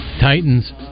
Titans